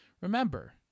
remember